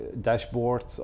dashboard